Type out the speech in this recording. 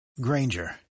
Granger